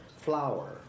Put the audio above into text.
flour